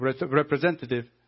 representative